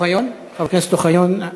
חבר הכנסת אוחיון,